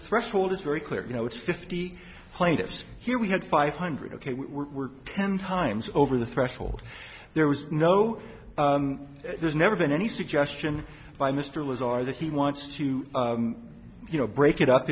threshold is very clear you know it's fifty plaintiffs here we had five hundred ok we were ten times over the threshold there was no there's never been any suggestion by mr was are that he wants to you know break it up